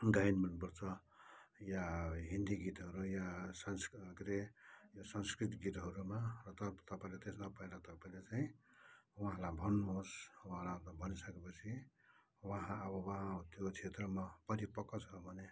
गायन मनपर्छ या हिन्दी गीतहरू या संस् के रे संस्कृत गीतहरूमा र तपाईँले त्यसमा पहिला तपाईँले चाहिँ उहाँलाई भन्नुहोस् उहाँलाई अब भनिसकेपछि उहाँ अब उहाँ त्यो क्षेत्रमा परिपक्क छ भने